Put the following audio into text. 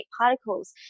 particles